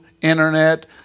internet